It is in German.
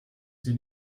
sie